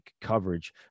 coverage